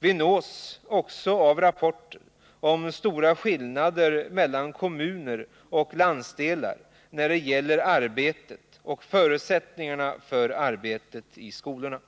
Vi nås också av rapporter om stora skillnader mellan kommuner och landsdelar när det gäller arbetet och förutsättningarna för arbetet i skolorna.